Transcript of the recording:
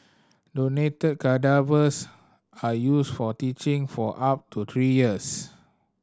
donated cadavers are used for teaching for up to three years